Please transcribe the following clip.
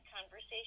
conversation